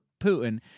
Putin